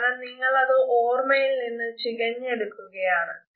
കാരണം നിങ്ങൾ അത് ഓർമയിൽ നിന്ന് ചികഞ്ഞെടുക്കുന്നതാണ്